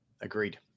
Agreed